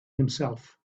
himself